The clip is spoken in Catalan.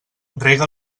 rega